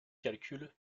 calcul